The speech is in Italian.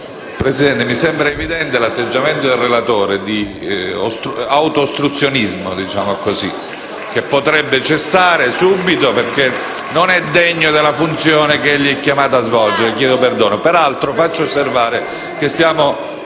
Presidente, mi sembra evidente l'atteggiamento del relatore di auto-ostruzionismo, che dovrebbe cessare subito, perché non è degno della funzione che è chiamato a svolgere. *(Applausi dal